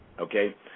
Okay